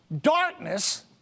Darkness